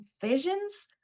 visions